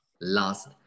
last